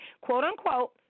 quote-unquote